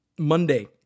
Monday